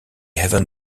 even